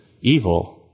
evil